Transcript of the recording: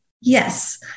Yes